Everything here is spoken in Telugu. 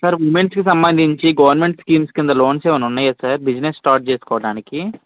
సార్ ఉమెన్స్కి సంబంధించి గవర్నమెంట్ స్కీమ్స్ కింద లోన్స్ ఏమన్నా ఉన్నాయ సార్ బిజినెస్ స్టార్ట్ చేసుకోడానికి